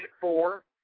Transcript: four